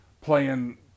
playing